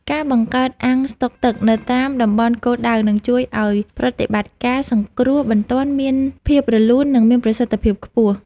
ការបង្កើតអាងស្តុកទឹកនៅតាមតំបន់គោលដៅនឹងជួយឱ្យប្រតិបត្តិការសង្គ្រោះបន្ទាន់មានភាពរលូន និងមានប្រសិទ្ធភាពខ្ពស់។